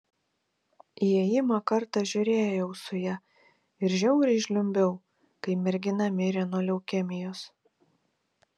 įėjimą kartą žiūrėjau su ja ir žiauriai žliumbiau kai mergina mirė nuo leukemijos